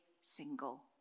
single